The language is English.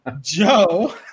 Joe